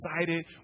excited